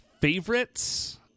Favorites